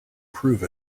prove